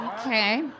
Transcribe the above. okay